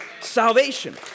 salvation